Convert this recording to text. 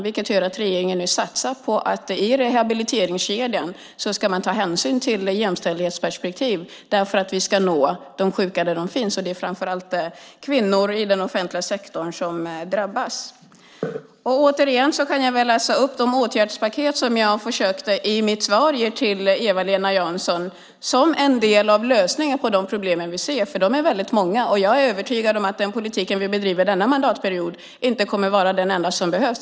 Det gör att regeringen nu satsar på att man i rehabiliteringskedjan ska ta hänsyn till jämställdhetsperspektiv för att nå de sjuka där de finns. Det är framför allt kvinnor i den offentliga sektorn som drabbas. Återigen kan jag hänvisa till det åtgärdspaket som jag i mitt svar försökte redovisa för Eva-Lena Jansson som en del av lösningen på de problem vi ser, för de är väldigt många. Jag är övertygad om att den politik vi bedriver denna mandatperiod inte kommer att vara den enda som behövs.